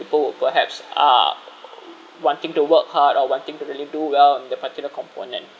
people would perhaps are wanting to work hard or wanting to really do well in the particular component